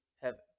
heaven